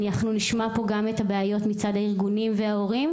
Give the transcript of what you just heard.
אנחנו נשמע פה גם את הבעיות מצד הארגונים וההורים,